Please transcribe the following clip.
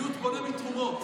בריאות בונה מתרומות.